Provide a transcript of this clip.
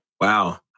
Wow